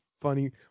funny